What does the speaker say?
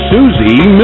Susie